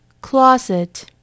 closet